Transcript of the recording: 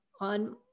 on